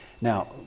Now